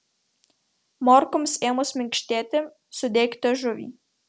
morkoms ėmus minkštėti sudėkite žuvį